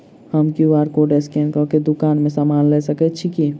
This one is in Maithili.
हम क्यू.आर कोड स्कैन कऽ केँ दुकान मे समान लऽ सकैत छी की?